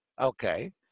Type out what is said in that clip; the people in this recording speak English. Okay